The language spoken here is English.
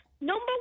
Number